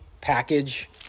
package